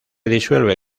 disuelve